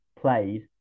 plays